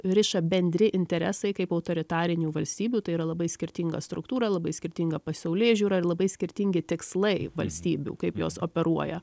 riša bendri interesai kaip autoritarinių valstybių tai yra labai skirtinga struktūra labai skirtinga pasaulėžiūra ir labai skirtingi tikslai valstybių kaip jos operuoja